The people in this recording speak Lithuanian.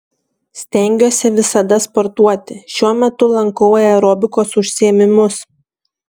stengiuosi visada sportuoti šiuo metu lankau aerobikos užsiėmimus